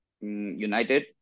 United